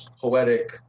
poetic